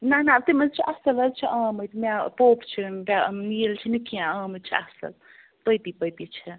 نَہ نَہ تِم حظ چھِ اصٕل حظ چھِ آمٕتۍ مےٚ پُوٚپ چھِ نیٖل چھِنہٕ کیٚنٛہہ آمِتۍ چھِ اصٕل پٔپی پٔپی چھِ